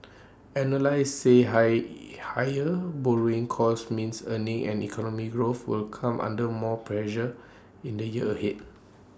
analysts say high higher borrowing costs means earnings and economic growth will come under more pressure in the year ahead